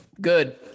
Good